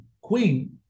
queen